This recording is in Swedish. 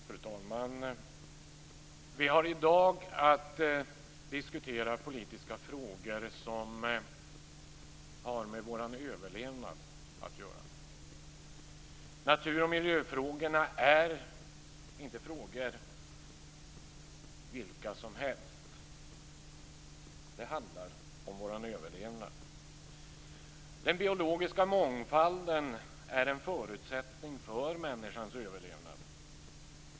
Fru talman! Vi har i dag att diskutera politiska frågor som har med vår överlevnad att göra. Naturoch miljöfrågorna är inte vilka frågor som helst. Det handlar om vår överlevnad. Den biologiska mångfalden är en förutsättning för människans överlevnad.